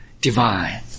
divine